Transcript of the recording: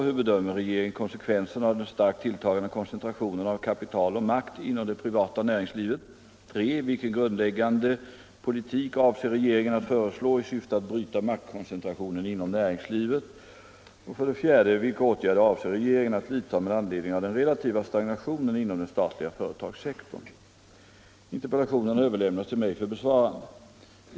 Hur bedömer regeringen konsekvenserna av den starkt tilltagande koncentrationen av kapital och makt inom det privata näringslivet? relativa stagnationen inom den statliga företagssektorn? Interpellationen har överlämnats till mig för besvarande.